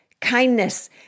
kindness